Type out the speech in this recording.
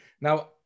Now